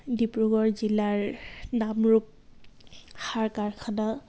ডিব্ৰুগড় জিলাৰ নামৰূপ সাৰ কাৰখানা